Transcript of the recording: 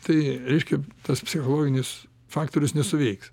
tai reiškia tas psichologinis faktorius nesuveiks